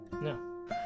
No